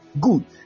good